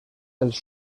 els